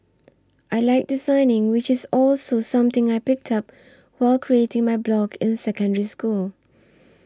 I like designing which is also something I picked up while creating my blog in Secondary School